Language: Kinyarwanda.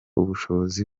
ubushobozi